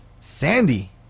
Sandy